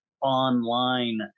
online